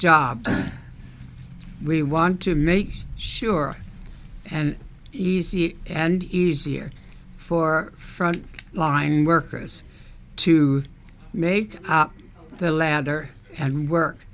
jobs we want to make sure and easier and easier for front line workers to make up the ladder and work